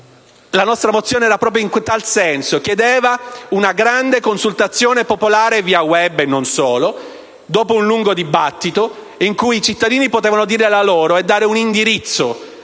la nostra mozione andava proprio in tal senso. Chiedeva una grande consultazione popolare via *web* (e non solo), dopo un lungo dibattito in cui i cittadini potevano dire la loro opinione e dare un indirizzo